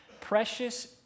precious